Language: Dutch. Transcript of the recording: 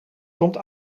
komt